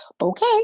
Okay